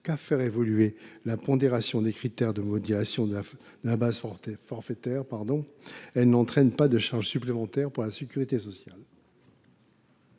qu’à faire évoluer la pondération des critères de modulation de la base forfaitaire, elle n’entraîne pas de charge supplémentaire pour la sécurité sociale.